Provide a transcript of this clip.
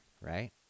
Right